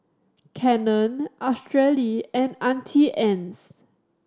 Canon Australi and Auntie Anne's